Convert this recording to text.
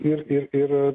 ir ir